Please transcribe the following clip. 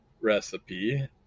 recipe